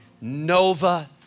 Nova